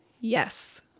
Yes